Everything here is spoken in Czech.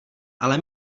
ale